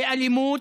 ואלימות.